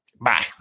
bye